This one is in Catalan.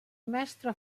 mestre